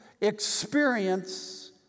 experience